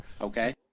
Okay